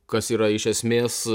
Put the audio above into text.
kas yra iš esmės